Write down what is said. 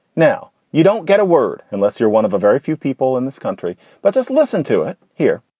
now, you don't get a word unless you're one of a very few people in this country. but just listen to it here,